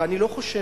ואני לא חושב,